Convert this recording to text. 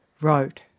wrote